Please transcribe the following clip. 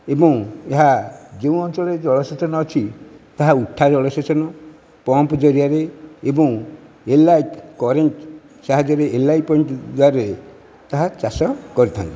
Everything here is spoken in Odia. ଏବଂ ଏହା ଯେଉଁ ଅଞ୍ଚଳରେ ଜଳସେଚନ ଅଛି ତାହା ଉଠା ଜଳସେଚନ ପମ୍ପ ଜରିଆରେ ଏବଂ ଏଲ୍ଆଇ କରେଣ୍ଟ ସାହାଯ୍ୟରେ ଏଲ୍ଆଇ ତାହା ଚାଷ କରିଥାନ୍ତି